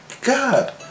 God